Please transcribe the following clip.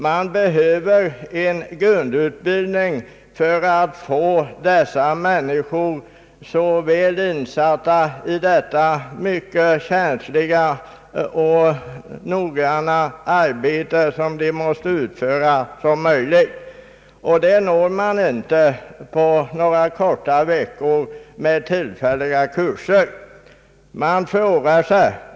Man behöver en grundutbildning för att få dessa människor så väl som möjligt insatta i det mycket känsliga och krävande arbete som de måste utföra, och det uppnår man inte på några korta veckor med tillfälliga kurser.